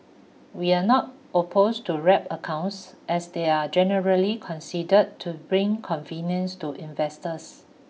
we are not opposed to wrap accounts as they are generally considered to bring convenience to investors